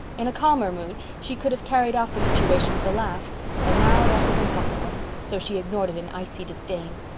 in a calmer mood she could have carried off the situation with a laugh but now that was impossible so she ignored it in icy disdain.